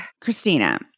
Christina